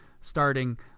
starting